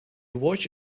watch